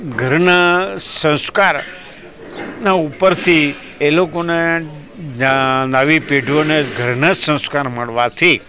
ઘરનાં સંસ્કારના ઉપરથી એ લોકોને નવી પેઢીઓને ઘરનાં સંસ્કાર મળવાથી